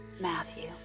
Matthew